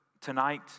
tonight